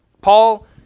Paul